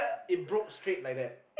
it broke straight like that